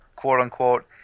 quote-unquote